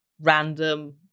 random –